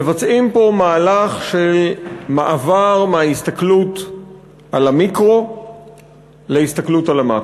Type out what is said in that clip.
מבצעים פה מהלך של מעבר מההסתכלות על המיקרו להסתכלות על המקרו.